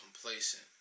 complacent